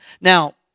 Now